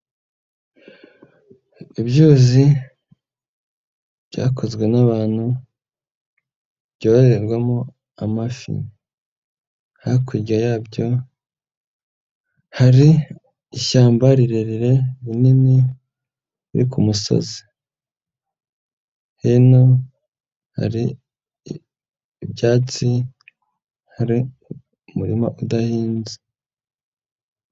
Ibyuzi byakozwe n'abantu byoherwamo amafi. Hakurya yabyo hari ishyamba rirerire, rinini riri ku musozi. Hino hari ibyatsi, hari umurima udahinze.